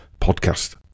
podcast